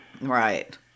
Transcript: Right